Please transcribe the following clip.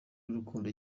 urukundo